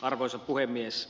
arvoisa puhemies